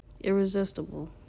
irresistible